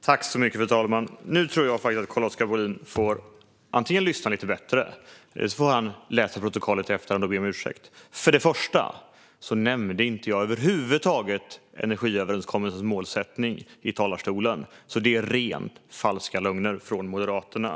Fru talman! Nu tror jag att Carl-Oskar Bohlin antingen får lyssna lite bättre eller läsa protokollet i efterhand och be om ursäkt. För det första nämnde jag över huvud taget inte energiöverenskommelsens målsättning i talarstolen, så det är rent falska lögner från Moderaterna.